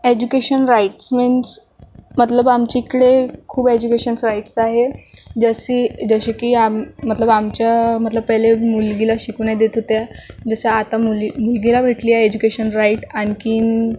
education rights means मतलब आमच्या इकडे खूप एज्युकेशन्स राईटस आहे जशी जशी की आम मतलब आमच्या मतलब पहले मुलगीला शिकू नाही देत होते जसं आता मुल मुलगीला भेटली आहे एज्युकेशन राईट आणखीन